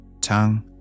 tongue